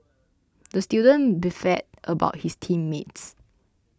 the student beefed about his team mates